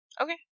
Okay